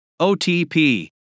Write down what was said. OTP